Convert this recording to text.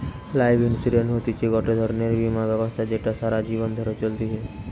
life insurance হতিছে গটে ধরণের বীমা ব্যবস্থা যেটা সারা জীবন ধরে চলতিছে